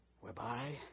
whereby